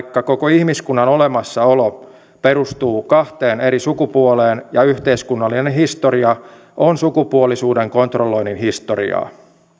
koko ihmiskunnan olemassaolo perustuu kahteen eri sukupuoleen ja yhteiskunnallinen historia on sukupuolisuuden kontrolloinnin historiaa